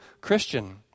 Christian